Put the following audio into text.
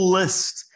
list